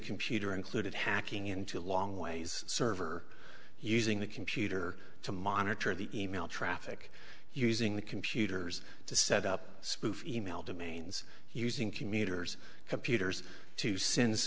computer included hacking into a long ways server using the computer to monitor the e mail traffic using the computers to set up spoof e mail to mainz using commuters computers to sin